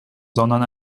sondern